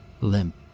Limp